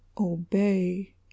obey